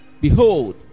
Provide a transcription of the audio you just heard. Behold